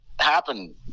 happen